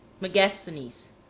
Megasthenes